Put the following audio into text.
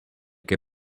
que